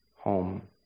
home